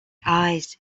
eyes